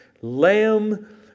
lamb